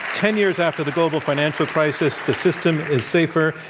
ten years after the global financial crisis, the system is safer.